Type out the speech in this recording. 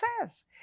says